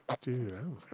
dude